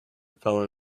fell